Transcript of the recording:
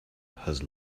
has